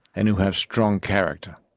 and who have strong character.